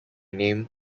name